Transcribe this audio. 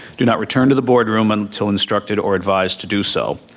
do not return to the board room until instructed or advised to do so.